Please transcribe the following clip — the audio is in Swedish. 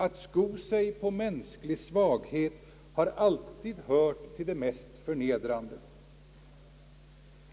Att sko sig på mänsklig svaghet har alltid hört till det mest förnedrande.